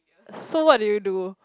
so what did you do